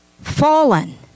fallen